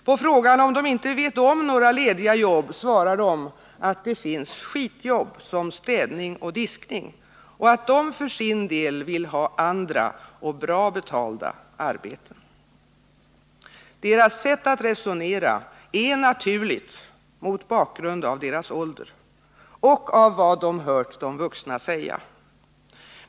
På frågan om de vet om det finns några lediga jobb svarar de att det finns ”skitjobb” som städning och diskning och att de för sin del vill ha andra och bra betalda arbeten. Deras sätt att resonera är naturligt mot bakgrund av deras ålder — och mot bakgrund av vad de hört de vuxna säga.